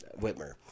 Whitmer